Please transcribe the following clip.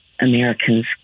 Americans